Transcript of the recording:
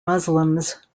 muslims